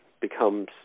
becomes